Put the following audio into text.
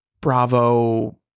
Bravo